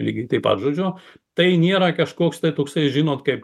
lygiai taip pat žodžiu tai nėra kažkoks toksai žinot kaip